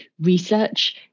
research